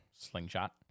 slingshot